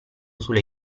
sulle